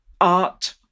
art